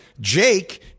Jake